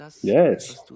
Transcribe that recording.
Yes